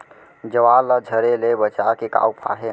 ज्वार ला झरे ले बचाए के का उपाय हे?